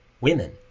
Women